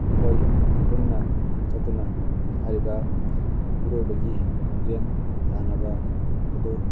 ꯑꯩꯈꯣꯏ ꯄꯨꯟꯅ ꯆꯠꯇꯨꯅ ꯍꯥꯏꯔꯤꯕ ꯏꯔꯣꯏꯕꯒꯤ ꯂꯝꯖꯦꯜ ꯇꯥꯟꯅꯕ ꯑꯗꯨ